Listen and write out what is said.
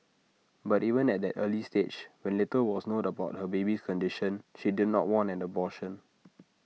but even at that early stage when little was known about her baby's condition she did not want an abortion